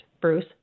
Bruce